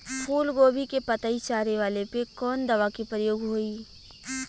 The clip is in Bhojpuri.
फूलगोभी के पतई चारे वाला पे कवन दवा के प्रयोग होई?